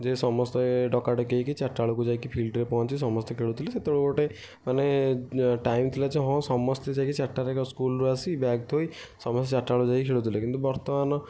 ଯେଉଁ ସମସ୍ତେ ଡକାଡ଼କି ହୋଇକି ଚାରିଟା ବେଳକୁ ଯାଇକି ଫିଲ୍ଡ୍ରେ ପହଞ୍ଚି ସମସ୍ତେ ଖେଳନ୍ତି ସେତେବେଳେ ଗୋଟାଏ ମାନେ ଟାଇମ୍ ଥିଲା ଯେ ହଁ ସମସ୍ତେ ଯାଇକି ଚାରିଟାରେ ସ୍କୁଲ୍ରୁ ଆସି ବ୍ୟାଗ୍ ଥୋଇ ସମସ୍ତେ ଚାରିଟା ବେଳକୁ ଯାଇ ଖେଳୁଥିଲେ କିନ୍ତୁ ବର୍ତ୍ତମାନ